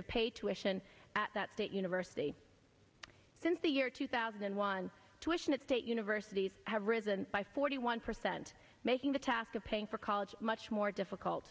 of pay tuition at that state university since the year two thousand and one tuitions at state universities have risen by forty one percent making the task of paying for college much more difficult